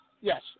Yes